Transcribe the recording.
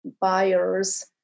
buyers